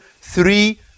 three